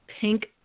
pink